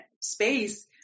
space